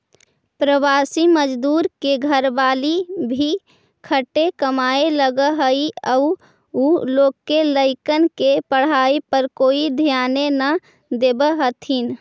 प्रवासी मजदूर के घरवाली भी खटे कमाए लगऽ हई आउ उ लोग के लइकन के पढ़ाई पर कोई ध्याने न देवऽ हथिन